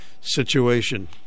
situation